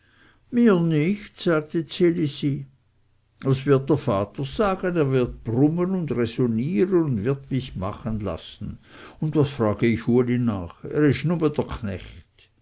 mir nicht sagte ds elisi was wird der vater sagen er wird brummen und räsonieren und wird mich machen lassen und was frage ich uli nach er ist nume dr knecht